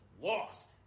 lost